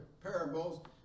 parables